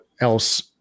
else